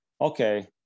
okay